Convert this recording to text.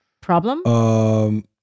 problem